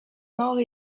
nord